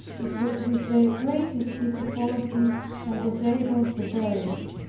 it was with the greatest difficulty i was able to bear it.